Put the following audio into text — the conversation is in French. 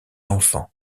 enfants